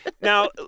Now